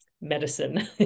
medicine